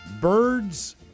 birds